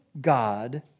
God